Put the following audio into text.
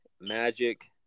Magic